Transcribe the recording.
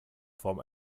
form